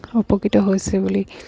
উপকৃত হৈছে বুলি